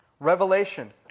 Revelation